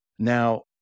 Now